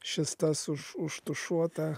šis tas už užtušuota